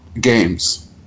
games